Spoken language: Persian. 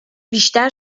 بیشتر